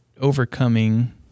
overcoming